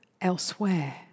elsewhere